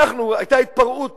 היתה התפרעות